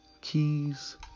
keys